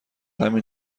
همین